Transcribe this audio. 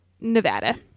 Nevada